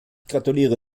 gratuliere